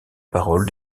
parole